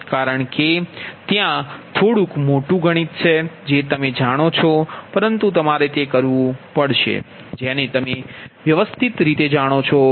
કારણકે ત્યા થોડુંક મોટું ગણિત છે જે તમે જાણો છો પરંતુ તમારે તે કરવું પડશે જેને તમે વ્યવસ્થિત રીતે જાણો છો